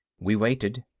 we waited.